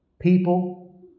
People